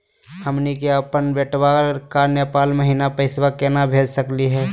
हमनी के अपन बेटवा क नेपाल महिना पैसवा केना भेज सकली हे?